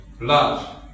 Love